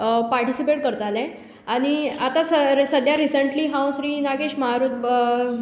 ताकाय हांव पार्टीसिपेट करतालें आनी आतां सुद्यां रिसंट्ली हांव श्री नागेश महारुद्र